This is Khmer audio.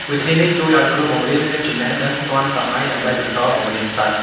វិធីនេះជួយឱ្យគ្រូបង្រៀនមានចំណេះដឹងទាន់សម័យដើម្បីបន្តបង្រៀនសិស្ស។